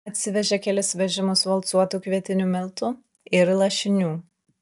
atsivežė kelis vežimus valcuotų kvietinių miltų ir lašinių